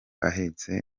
ahetse